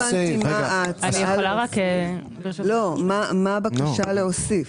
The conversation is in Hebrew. לא, מה הבקשה להוסיף?